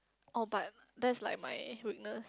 orh but that's like my weakness